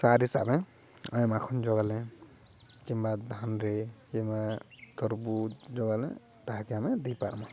ସାର ହିସାବେ ଆଏ ମାଖନ୍ ଯୋଗାଲେ କିମ୍ବା ଧାନରେ କିମ୍ବା ତରବୁ ଯୋଗାଲେ ତା'ହାକେ ଆମେ ଦି ପାର୍ମା